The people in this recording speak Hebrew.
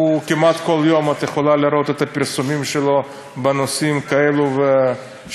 כמעט כל יום את יכולה לראות את הפרסומים שלו בנושאים שונים כאלה ואחרים,